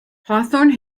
hawthorne